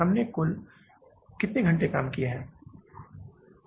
हमने कुल कितने घंटे काम किया है कितने हैं